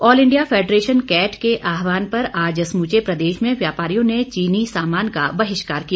all India federation CAIT के आहवान पर आज समूचे प्रदेश में व्यापारियों ने चीनी सामान का बहिष्कार किया